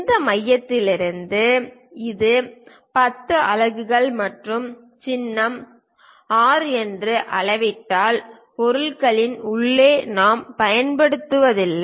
இந்த மையத்திலிருந்து இது 10 அலகுகள் மற்றும் சின்னம் R என்று அளவிட்டால் பொருளின் உள்ளே நாம் பயன்படுத்துவதில்லை